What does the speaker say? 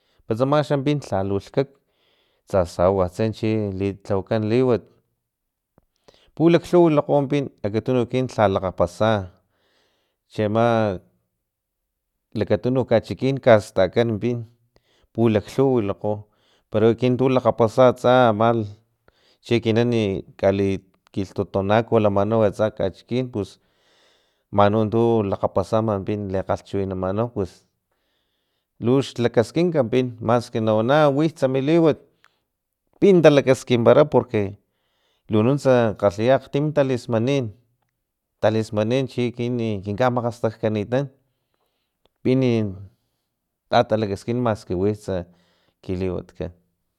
Utsama xampin lhalulhkak tsa sawatse chi litlawakan liwat pulaklhuwa wilakgo pin akatunu ekinan lhalakgapasa cheama lakatunuk kachikin kastakan pin pulaklhuwa wilakgo pero ekinan tu lakgapasa amalh chi ekinan kali kilhtotonako lamanau atsa kachikin pus man utu lakgapasa aman pin kgalhchiwinamanau pus lux lakaskinka pin maski nawana wits mi liwat pin talakaskinpara porque lu nuntsa kgalhiya akgtim talismanin talismaninchiekin kinka makgastakani pin tatalkaskin maski witsa ki liwat kan.